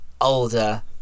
older